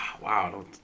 wow